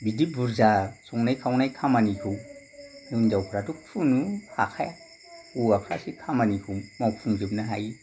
बिदि बुरजा संनाय खावनाय खामानि हिनजावफ्राथ' खुनु हाखाया हौवाफ्रासो खामानिखौ मावफुंजोबनो हायो